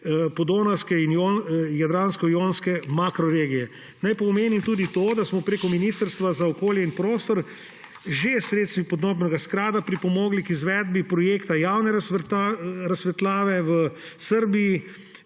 podonavske in jadransko-jonske makroregije. Naj pa omenim tudi to, da smo preko Ministrstva za okolje in prostor že s sredstvi podnebnega sklada pripomogli k izvedbi projekta javne razsvetljave v Srbiji,